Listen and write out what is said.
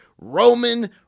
Roman